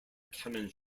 cannon